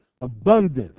abundance